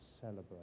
celebrate